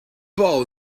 ball